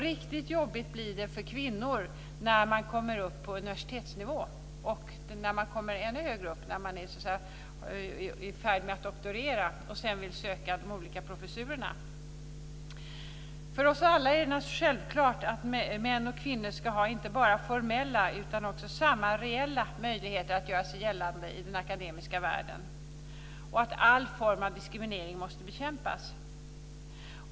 Riktigt jobbigt blir det för kvinnor på universitetsnivå, särskilt när de kommer fram till att doktorera och sedan att söka de olika professurerna. Det är för oss alla självklart att män och kvinnor ska ha samma inte bara formella utan också reella möjligheter att göra sig gällande i den akademiska världen och att alla former av diskriminering måste bekämpas.